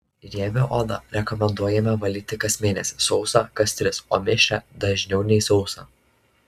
riebią odą rekomenduojame valyti kas mėnesį sausą kas tris o mišrią dažniau nei sausą